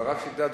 אבל רק שתדע,